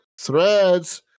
Threads